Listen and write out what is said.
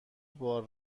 بار